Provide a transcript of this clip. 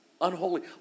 Unholy